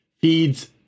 Feeds